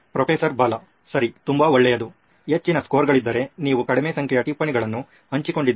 professor Bala ಸರಿ ತುಂಬಾ ಒಳ್ಳೆಯದು ಹೆಚ್ಚಿನ ಸ್ಕೋರ್ಗಳಿದ್ದರೆ ನೀವು ಕಡಿಮೆ ಸಂಖ್ಯೆಯ ಟಿಪ್ಪಣಿಗಳನ್ನು ಹಂಚಿಕೊಂಡಿದ್ದರೆ